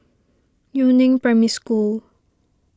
Yu Neng Primary School